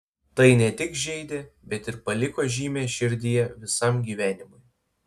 tai ne tik žeidė bet ir paliko žymę širdyje visam gyvenimui